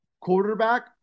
quarterback